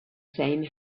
same